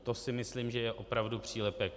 To si myslím, že je opravdu přílepek.